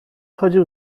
chodził